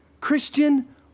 Christian